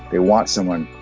they want someone